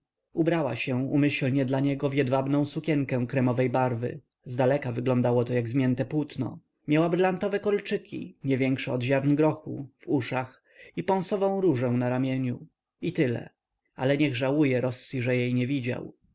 ubrała się umyślnie dla niego w jedwabną sukienkę kremowej barwy zdaleka wyglądało to jak zmięte płótno miała brylantowe kolczyki nie większe od ziarn grochu w uszach i pąsową różę na ramieniu i tyle ale niech żałuje rossi że jej nie widział